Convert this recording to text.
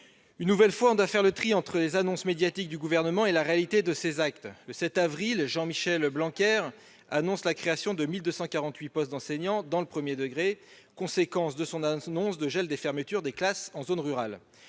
Une nouvelle fois, il faut faire le tri entre les annonces médiatiques du Gouvernement et ses actes. Le 7 avril dernier, Jean-Michel Blanquer annonçait la création de 1 248 postes d'enseignant dans le premier degré, conséquence du gel des fermetures de classes en zones rurales.